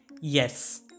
Yes